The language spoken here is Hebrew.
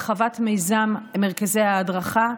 הרחבת מיזם מרכזי ההדרכה,